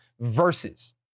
versus